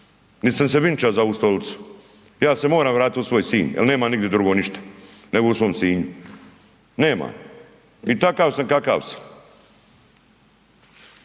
niti sam se vinča za ovu stolicu. Ja se moram vratiti u svoj Sinj jel nema nigdi drugo ništa nego u svom Sinju, nema. I takav sam kakav sam.